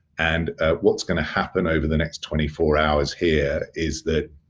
and what's gonna happen over the next twenty four hours here is that,